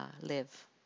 live